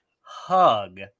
hug